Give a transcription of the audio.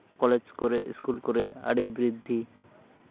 college ᱠᱚᱨᱮᱫ school ᱠᱚᱨᱮᱫ ᱟᱹᱰᱤ ᱵᱨᱤᱫᱽᱫᱷᱤ